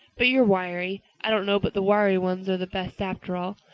but you're wiry. i don't know but the wiry ones are the best after all.